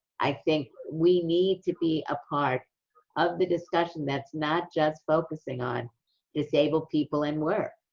i think we need to be a part of the discussion that's not just focusing on disabled people and work.